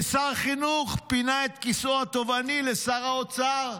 ושר החינוך פינה את כיסאו התובעני לשר האוצר.